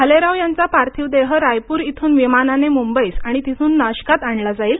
भालेराव यांचा पार्थिव देह रायपूर इथून विमानाने मुंबईस आणि तिथून नाशकात आणला जाईल